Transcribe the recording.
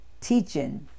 teaching